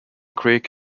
creek